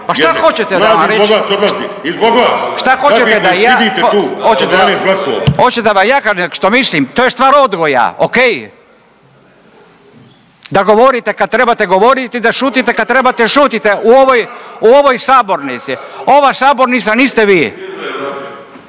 Pa šta hoćete da vam rečem? …/Upadica se ne razumije./… Hoćete da vam ja kažem šta mislim? To je stvar odgoja, ok. Da govorite kad trebate govoriti, da šutite kad trebate šutite u ovoj, u ovoj sabornici. Ova sabornica niste vi.